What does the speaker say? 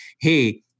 hey